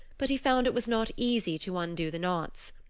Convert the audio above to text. but he found it was not easy to undo the knots.